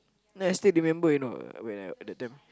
then I still remember you know when I that time